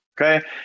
okay